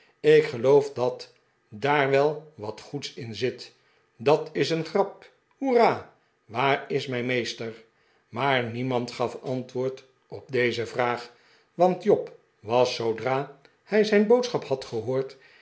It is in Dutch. ik geloof dat daar wel wat goeds in zit dat is een grap hoera waar is mijn meester maar niemand gaf antwoord op deze vraag want job was zoodra hij zijn boodschap had gehoord